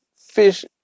fish